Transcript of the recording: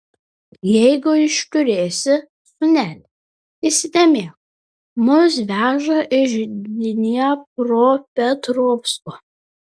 jeigu išturėsi sūneli įsidėmėk mus veža iš dniepropetrovsko